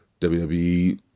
WWE